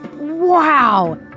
Wow